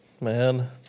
man